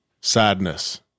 sadness